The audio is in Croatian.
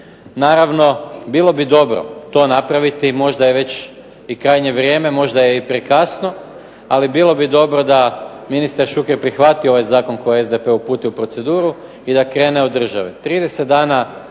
Naravno bilo bi dobro to napraviti možda je već i krajnje vrijeme, možda je prekasno, ali bilo bi dobro da ministar Šuker prihvati ovaj zakon koji je SDP uputio u proceduru i da krene od države.